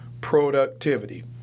productivity